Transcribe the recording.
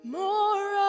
more